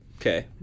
Okay